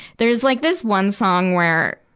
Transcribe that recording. there's like this one song where,